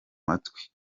matwi